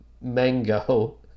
mango